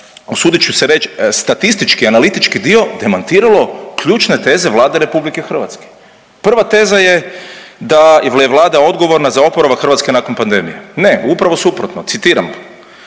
usudit ću se reći statistički, analitički dio demantiralo ključne teze Vlade Republike Hrvatske. Prva teza je da je Vlada odgovorna za oporavak Hrvatske nakon pandemije. Ne, upravo suprotno. Citiram,